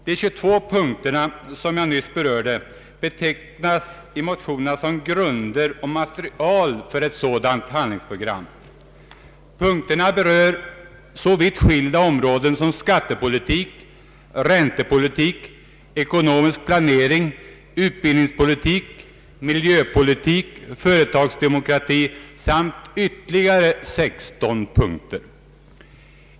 De 22 punkter som jag nyss berörde betecknas i motionerna som grunder och material för ett sådant handlingsprogram. Punkterna berör så vitt skilda områden som skattepolitik, räntepolitik, ekonomisk planering, utbildningspolitik, miljöpolitik, företagsdemokrati och ytterligare sexton områden.